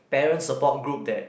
parents support group that